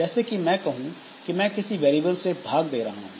जैसे मैं कहूं कि मैं किसी वेरिएबल से भाग दे रहा हूं